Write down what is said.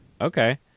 okay